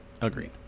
Agreed